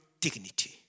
dignity